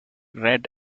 red